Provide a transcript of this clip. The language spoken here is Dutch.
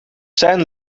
zijn